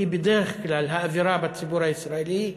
כי בדרך כלל האווירה בציבור הישראלי היא: